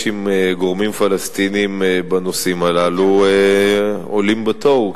עם גורמים פלסטיניים בנושאים האלה עולים בתוהו,